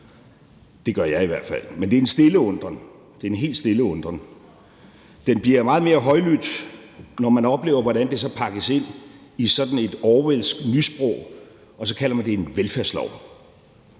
det er en stille undren, det er en helt stille undren. Den bliver meget mere højlydt, når man oplever, hvordan det så pakkes ind i sådan et Orwellsk nysprog, og man kalder det en velfærdslov: